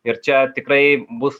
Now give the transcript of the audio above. ir čia tikrai bus